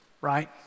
right